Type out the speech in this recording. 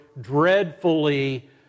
dreadfully